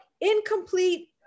incomplete